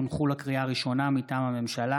הצעת חוק הסיוע המשפטי (תיקון,